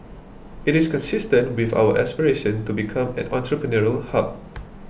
it is consistent with our aspiration to become an entrepreneurial hub